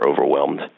overwhelmed